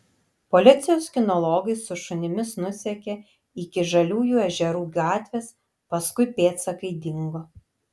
policijos kinologai su šunimis nusekė iki žaliųjų ežerų gatvės paskui pėdsakai dingo